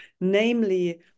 namely